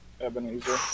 Ebenezer